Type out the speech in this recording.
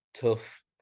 tough